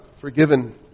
forgiven